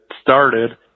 started